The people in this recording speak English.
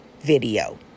video